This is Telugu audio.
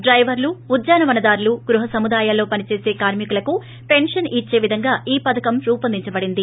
డైవర్లు ఉద్యావనదారులు గృహ సముదాయాల్లో పనిచేస కార్మికులకు పెన్షన్ ఇచ్చే విధంగా ఈ పథకం రూపొందించడం జరిగింది